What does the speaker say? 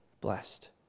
blessed